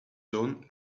zone